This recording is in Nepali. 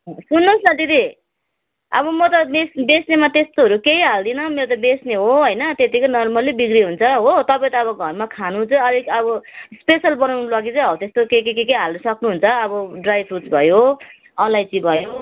सुन्नुहोस् न दिदी अब म त बेच् बेच्नेमा त्यस्तोहरू केही हाल्दिनँ मेरो त बेच्ने हो होइन त्यतिकै नर्मल्ली बिक्री हुन्छ हो तपाईँ त अब घरमा खानु चाहिँ अलिक अब स्पेसियल बनाउनुको लागि चाहिँ हो त्यस्तो के के के के हाल्नु सक्नुहुन्छ अब ड्राई फ्रुट्स भयो अलैँची भयो